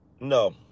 No